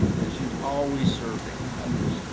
and she was always serving others,